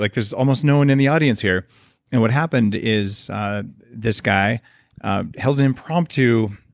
like there's almost no one in the audience here and what happened is this guy held an impromptu,